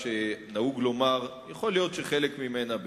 אתה לא מרשה, אני לא עושה.